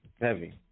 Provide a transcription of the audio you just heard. Heavy